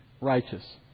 righteous